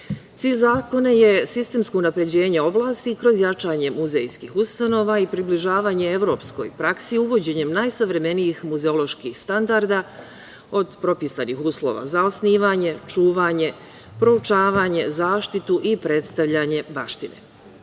zakona je sistemsko unapređenje oblasti kroz jačanje muzejskih ustanova i približavanje evropskoj praksi uvođenjem najsavremenijih muzeoloških standarda od propisanih uslova za osnivanje, čuvanje, proučavanje, zaštitu i predstavljanje baštine. Takođe,